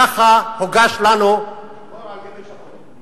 ככה הוגש לנו, שחור על גבי שחור.